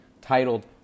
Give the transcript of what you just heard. titled